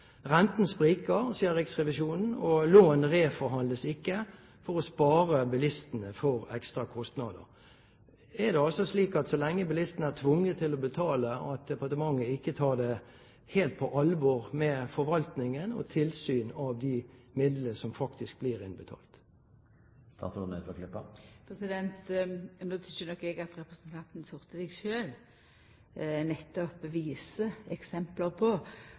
Renten spriker, sier Riksrevisjonen, og lån reforhandles ikke for å spare bilistene for ekstra kostnader. Er det altså slik at så lenge bilistene er tvunget til å betale, tar ikke departementet forvaltningen og tilsyn av de midlene som faktisk blir innbetalt, helt på alvor? No tykkjer nok eg at representanten Sortevik sjølv nettopp viser til eksempel på